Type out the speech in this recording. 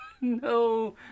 no